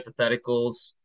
hypotheticals